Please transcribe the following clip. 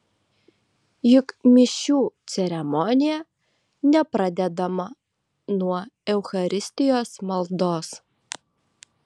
juk mišių ceremonija nepradedama nuo eucharistijos maldos